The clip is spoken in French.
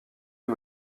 est